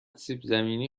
سیبزمینی